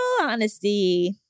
honesty